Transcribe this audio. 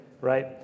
right